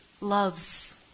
loves